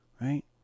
right